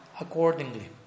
accordingly